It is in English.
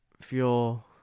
feel